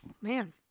Man